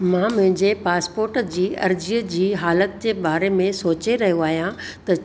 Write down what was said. मां मुहिंजे पासपोर्ट जी अर्जीअ जी हालत जे बारे में सोचे रहियो आहियां त